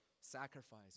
sacrifice